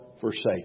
forsake